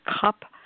cup